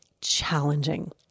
challenging